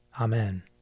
Amen